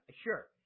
sure